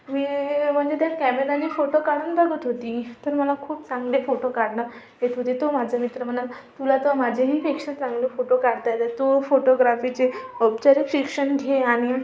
मी म्हणजे त्या कॅमेराने फोटो काढून बघत होते तर मला खूप चांगले फोटो काढता येत होते तो माझा मित्र मला तुला तर माझ्याही पेक्षा चांगले फोटो काढता येतं तू फोटोग्राफीचे औपचारिक शिक्षण घे आणि